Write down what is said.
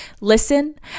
listen